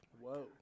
Whoa